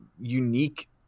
unique